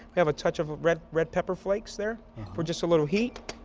we have a touch of a red red pepper flakes there for just a little heat.